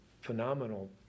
phenomenal